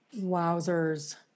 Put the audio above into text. wowzers